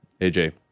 AJ